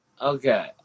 Okay